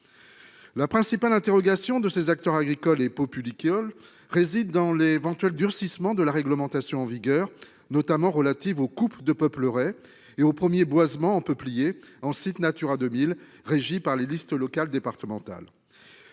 La principale interrogation de ces acteurs agricoles et populiste. Réside dans l'éventuel durcissement de la réglementation en vigueur, notamment relatives aux couples de peuples. Et au 1er boisement peupliers en site Natura 2000, régi par les listes locales, départementales.